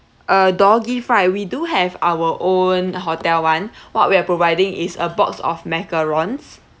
uh door gift right we do have our own hotel [one] what we're providing is a box of macarons